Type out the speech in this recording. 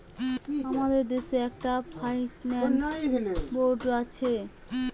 আমাদের দেশে একটা ফাইন্যান্স বোর্ড আছে